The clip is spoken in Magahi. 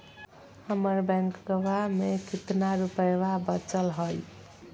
हमर बैंकवा में कितना रूपयवा बचल हई?